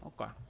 okay